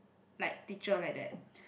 like teacher like that